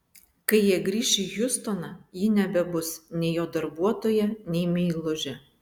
kai jie grįš į hjustoną ji nebebus nei jo darbuotoja nei meilužė